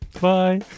Bye